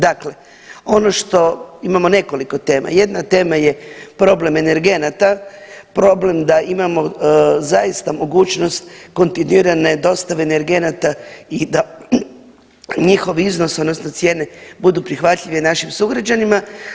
Dakle, ono što imamo nekoliko tema, jedna tema je problem energenata, problem da imamo zaista mogućnost kontinuirane dostave energenata i da njihov iznos odnosno cijene budu prihvatljive našim sugrađanima.